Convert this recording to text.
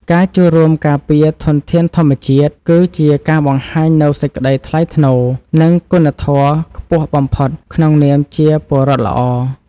ការចូលរួមការពារធនធានធម្មជាតិគឺជាការបង្ហាញនូវសេចក្តីថ្លៃថ្នូរ និង គុណធម៌ខ្ពស់បំផុតក្នុងនាមជាពលរដ្ឋល្អ។